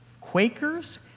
Quakers